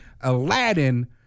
aladdin